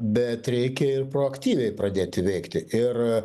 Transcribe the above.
bet reikia ir proaktyviai pradėti veikti ir